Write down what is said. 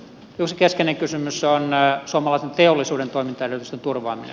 yksi keskeinen kysymys on suomalaisen teollisuuden toimintaedellytysten turvaaminen